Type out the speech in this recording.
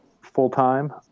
full-time